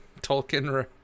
tolkien